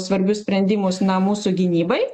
svarbius sprendimus na mūsų gynybai